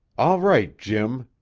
all right, jim,